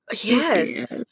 Yes